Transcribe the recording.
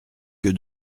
que